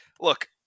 Look